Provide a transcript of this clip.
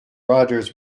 rogers